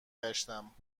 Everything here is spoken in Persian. گشتم